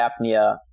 apnea